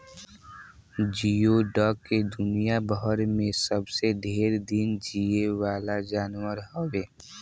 जियोडक दुनियाभर में सबसे ढेर दिन जीये वाला जानवर हवे